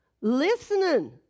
listening